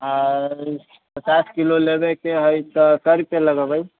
आ तऽ पचास किलो लेबैके है तऽ कय रुपिआ लगैबै